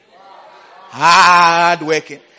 Hard-working